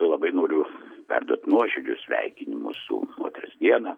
labai noriu perduoti nuoširdžius sveikinimus su moters diena